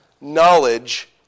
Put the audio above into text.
knowledge